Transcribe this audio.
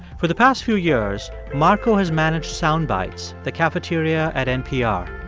for the past few years, marco has managed sound bites, the cafeteria at npr.